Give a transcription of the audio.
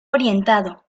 orientado